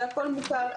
והכול מוכר.